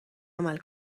عمل